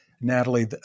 Natalie